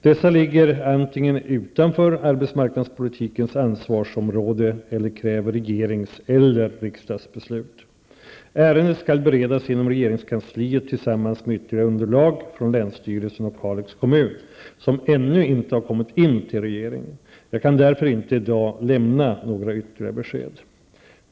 Dessa ligger antingen utanför arbetsmarknadspolitikens ansvarsområde eller kräver regerings eller riksdagsbeslut. Ärendet skall beredas inom regeringskansliet tillsammans med ytterligare underlag från länsstyrelsen och Kalix kommun, som ännu inte har kommit in till regeringen. Jag kan därför inte i dag lämna några ytterligare besked.